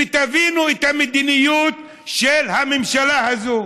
תבינו את המדיניות של הממשלה הזאת.